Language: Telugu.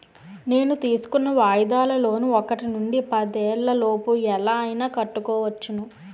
నేను తీసుకున్న వాయిదాల లోన్ ఒకటి నుండి పదేళ్ళ లోపు ఎలా అయినా కట్టుకోవచ్చును